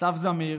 אסף זמיר